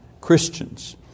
Christians